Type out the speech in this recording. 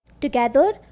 Together